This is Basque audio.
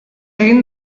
egin